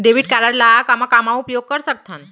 Debit card ला कामा कामा उपयोग कर सकथन?